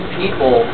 people